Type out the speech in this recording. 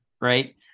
Right